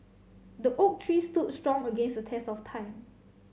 the oak tree stood strong against the test of time